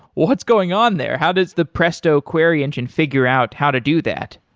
what's going on there? how does the presto query engine figure out how to do that?